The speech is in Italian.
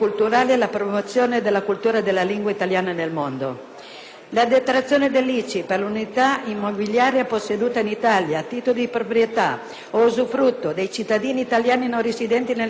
la detrazione dell'ICI per le unità immobiliari possedute in Italia, a titolo di proprietà o usufrutto, dai cittadini italiani non residenti nel territorio dello Stato ed equiparate ad abitazione principale,